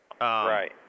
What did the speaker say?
Right